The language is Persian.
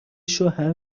شوهر